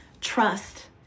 Trust